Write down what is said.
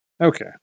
Okay